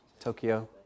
Tokyo